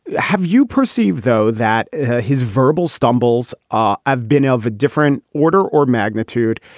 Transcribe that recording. have you perceived, though, that his verbal stumbles ah have been of a different order or magnitude?